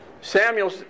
Samuel